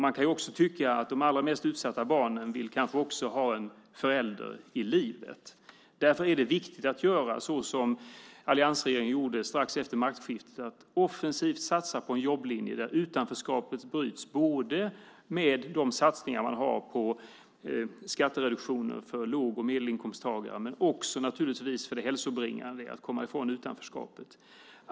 Man kan också tycka att de allra mest utsatta barnen vill ha en förälder i livet. Därför är det viktigt att göra såsom alliansregeringen gjorde strax efter maktskiftet: att offensivt satsa på en jobblinje där utanförskapet bryts med de satsningar man har på skattereduktioner för låg och medelinkomsttagare. Det handlar också om det hälsobringande att komma ifrån utanförskapet.